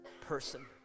person